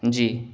جی